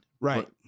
Right